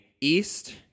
east